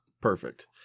perfect